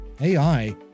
AI